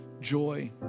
joy